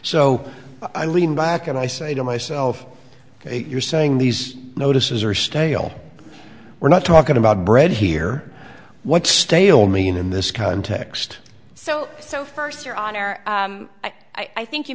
so i lean back and i say to myself ok you're saying these notices are stale we're not talking about bread here what's stale mean in this context so so first your honor i think you